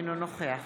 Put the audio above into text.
אינו נוכח